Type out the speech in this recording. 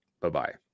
Bye-bye